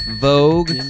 Vogue